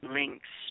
links